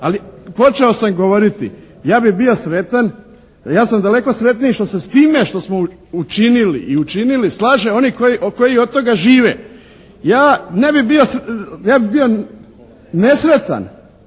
Ali počeo sam govoriti, ja bi bio sretan, ja sam daleko sretniji što se s time, što smo učinili i učinili slaže oni koji od toga žive. Ja bi bio nesretan